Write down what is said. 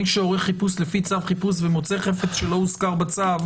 מי שעורך חיפוש לפי צו חיפוש ומוצא חפץ שלא הוזכר בצו,